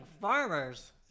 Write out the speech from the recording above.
farmers